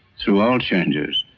through all changes